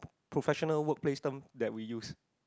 professional workplace term that we use